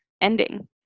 ending